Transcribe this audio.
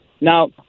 Now